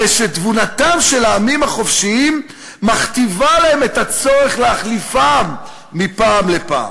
הרי שתבונתם של העמים החופשיים מכתיבה להם את הצורך להחליפם מפעם לפעם"